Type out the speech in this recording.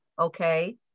okay